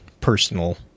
personal